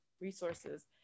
resources